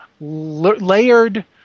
layered